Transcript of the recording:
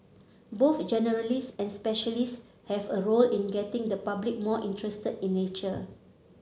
both generalists and specialists have a role in getting the public more interested in nature